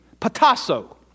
patasso